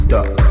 Duck